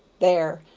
there!